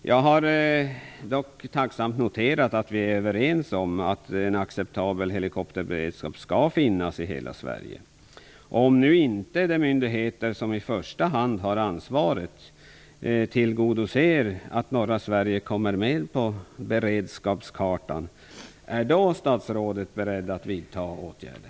Jag har dock tacksamt noterat att vi är överens om att en acceptabel helikopterberedskap skall finnas i hela Sverige. Om nu inte de myndigheter som i första hand har ansvaret tillgodoser att norra Sverige kommer med på beredskapskartan, är då statsrådet beredd att vidta åtgärder?